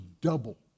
double